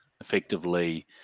effectively